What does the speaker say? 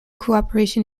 cooperation